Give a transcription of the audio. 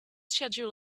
schedule